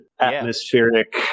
atmospheric